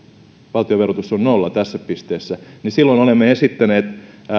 valtionverotus on nolla tässä pisteessä niin siihen olemme esittäneet